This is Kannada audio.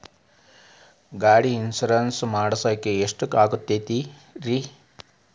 ಗಾಡಿಗೆ ಇನ್ಶೂರೆನ್ಸ್ ಮಾಡಸಾಕ ಎಷ್ಟಾಗತೈತ್ರಿ?